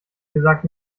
gesagt